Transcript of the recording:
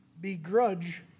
begrudge